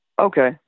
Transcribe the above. Okay